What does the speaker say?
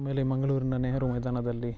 ಆಮೇಲೆ ಮಂಗಳೂರಿನ ನೆಹರು ಮೈದಾನದಲ್ಲಿ